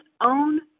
own